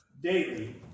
daily